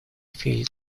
feel